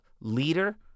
leader